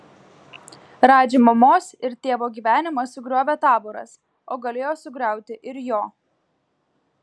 radži mamos ir tėvo gyvenimą sugriovė taboras o galėjo sugriauti ir jo